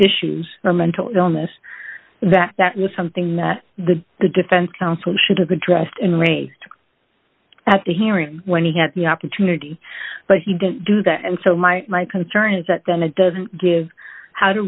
issues or mental illness that that was something that the the defense counsel should have addressed and raised as to hear him when he had the opportunity but he didn't do that and so my my concern is that then it doesn't give how do